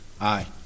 Aye